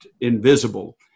invisible